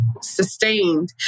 sustained